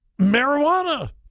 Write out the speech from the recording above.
marijuana